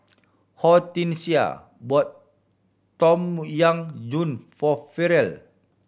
Hortensia bought Tom Yam Goong for Ferrell